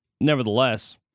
nevertheless